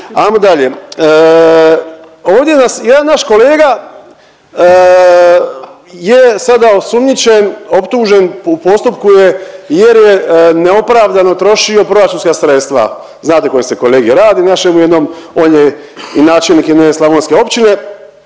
ovdje nas jedan naš kolega je sada osumnjičen, optužen u postupku jer je neopravdano trošio proračunska sredstva, znate koje se kolegi radi našemu jednom, on je i načelnik jedne slavonske općine